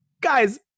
guys